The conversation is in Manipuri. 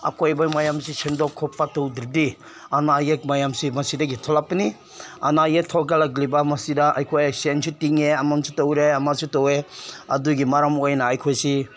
ꯑꯀꯣꯏꯕ ꯃꯌꯥꯝꯁꯦ ꯁꯦꯡꯗꯣꯛ ꯈꯣꯠꯄ ꯇꯧꯗ꯭ꯔꯗꯤ ꯑꯅꯥ ꯑꯌꯦꯛ ꯃꯌꯥꯝꯁꯦ ꯃꯁꯤꯗꯒꯤ ꯊꯣꯛꯂꯛꯄꯅꯤ ꯑꯅꯥ ꯑꯌꯦꯛ ꯊꯣꯛꯂꯛꯂꯤꯕ ꯃꯁꯤꯗ ꯑꯩꯈꯣꯏ ꯁꯦꯟꯁꯨ ꯇꯤꯡꯉꯦ ꯑꯃꯁꯨ ꯇꯧꯔꯦ ꯑꯃꯁꯨ ꯇꯧꯋꯦ ꯑꯗꯨꯒꯤ ꯃꯔꯝ ꯑꯣꯏꯅ ꯑꯩꯈꯣꯏꯁꯤ